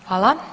Hvala.